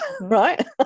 right